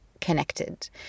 connected